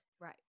Right